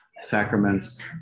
sacraments